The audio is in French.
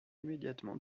immédiatement